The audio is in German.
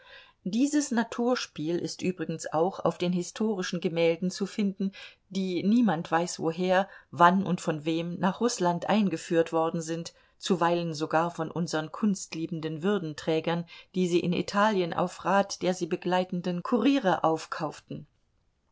dieses naturspiel ist übrigens auch auf den historischen gemälden zu finden die niemand weiß woher wann und von wem nach rußland eingeführt worden sind zuweilen sogar von unsern kunstliebenden würdenträgern die sie in italien auf rat der sie begleitenden kuriere aufkauften